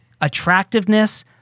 attractiveness